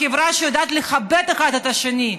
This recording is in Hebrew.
חברה שיודעת לכבד אחד את השני,